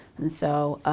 and so,